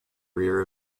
rear